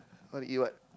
want to eat what